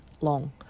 long